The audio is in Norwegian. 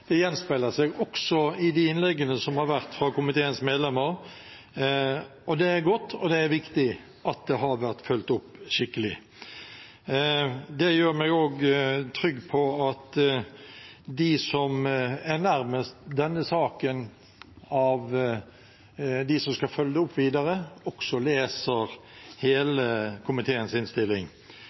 Det gjenspeiler seg også i de innleggene som har vært fra komiteens medlemmer, og det er godt, og det er viktig at det har vært fulgt opp skikkelig. Det gjør meg også trygg på at de som er nærmest denne saken, de som skal følge det opp videre, også leser hele komiteens innstilling.